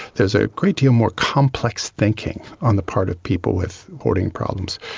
there's a great deal more complex thinking on the part of people with hoarding problems.